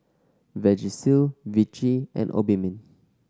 Vagisil Vichy and Obimin